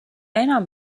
enam